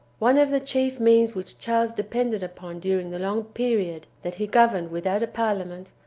one of the chief means which charles depended upon during the long period that he governed without a parliament,